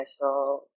special